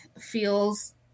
feels